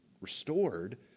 restored